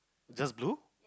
just blue